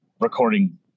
recording